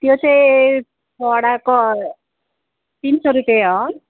त्यो चाहिँ छवटाको तिन सय रुपियाँ हो